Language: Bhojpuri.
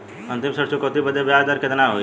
अंतिम ऋण चुकौती बदे ब्याज दर कितना होई?